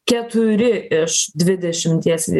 keturi iš dvidešimties